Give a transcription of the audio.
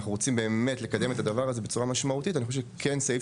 אם אנחנו רוצים באמת לקדם את הדבר הזה בצורה משמעותית אני חושב שכן סעיף